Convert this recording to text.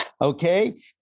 Okay